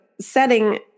setting